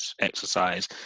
exercise